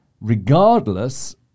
regardless